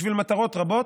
בשביל מטרות רבות,